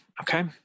okay